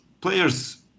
players